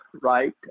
right